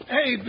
Hey